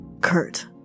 Kurt